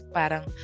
parang